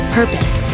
purpose